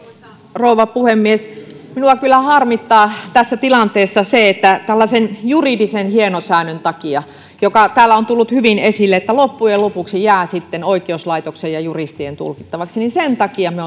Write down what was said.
rouva puhemies minua kyllä harmittaa tässä tilanteessa se että tällaisen juridisen hienosäädön takia mikä täällä on tullut hyvin esille että loppujen lopuksi asia jää sitten oikeuslaitoksen ja juristien tulkittavaksi me